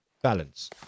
balance